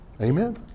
Amen